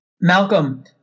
Malcolm